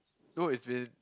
no is been